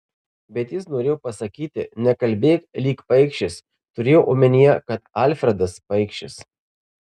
bet jis norėjo pasakyti nekalbėk lyg paikšis turėjo omenyje kad alfredas paikšis